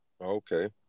Okay